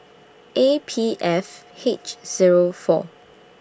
A P F H Zero four